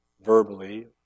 verbally